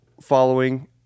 following